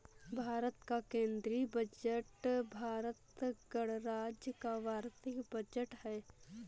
भारत का केंद्रीय बजट भारत गणराज्य का वार्षिक बजट है